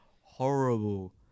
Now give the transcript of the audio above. Horrible